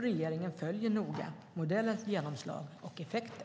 Regeringen följer noga modellens genomslag och effekter.